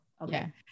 okay